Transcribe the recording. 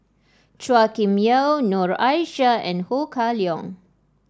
Chua Kim Yeow Noor Aishah and Ho Kah Leong